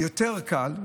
יותר קל,